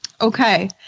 Okay